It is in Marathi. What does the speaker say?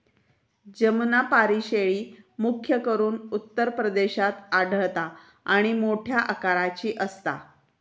जमुनापारी शेळी, मुख्य करून उत्तर प्रदेशात आढळता आणि मोठ्या आकाराची असता